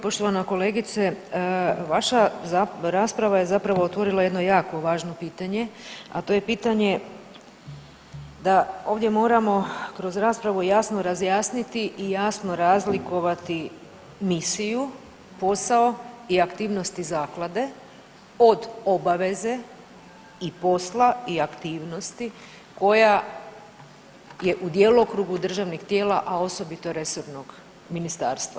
Poštovana kolegice vaša rasprava je zapravo otvorila jedno jako važno pitanje, a to je pitanje da ovdje moramo kroz raspravu jasno razjasniti i jasno razlikovati misiju, posao i aktivnosti zaklade od obaveze i posla i aktivnosti koja je u djelokrugu državnih tijela, a osobito resornog ministarstva.